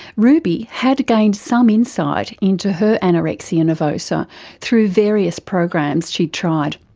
ruby had gained some insight into her anorexia nervosa through various programs she'd tried,